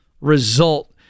result